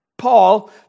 Paul